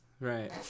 Right